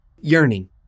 Yearning